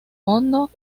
hondo